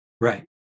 Right